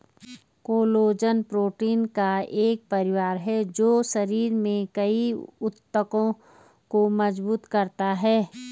collagen protein का एक परिवार है जो शरीर में कई ऊतकों को मजबूत करता है